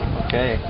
okay